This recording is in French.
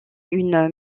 une